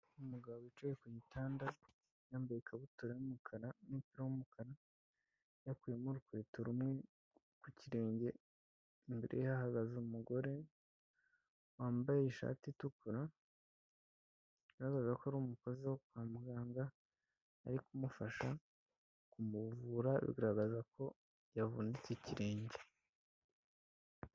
Umugabo wicaye ku gitanda, yambaye ikabutura y'umukara n'umupira w'umukara, yakuyemo urukweto rumwe ku kirenge, imbere ye hahagaze umugore wambaye ishati itukura, bigaragaza ko ari umukozi wo kwa muganga, ari kumufasha kumuvura, bigaragaza ko yavunitse ikirenge.